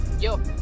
yo